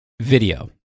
video